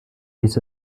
ließ